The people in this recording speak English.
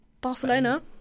Barcelona